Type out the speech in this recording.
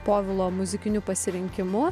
povilo muzikiniu pasirinkimu